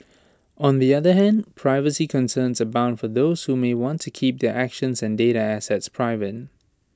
on the other hand privacy concerns abound for those who may want to keep their actions and data assets private